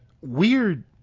weird